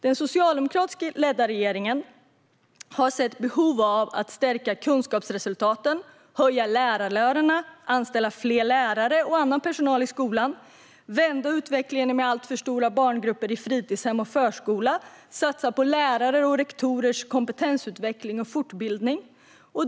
Den socialdemokratiskt ledda regeringen har sett behov av att stärka kunskapsresultaten, höja lärarlönerna, anställa fler lärare och annan personal i skolan, vända utvecklingen med alltför stora barngrupper i fritidshem och förskola samt satsa på lärares och rektorers kompetensutveckling och fortbildning.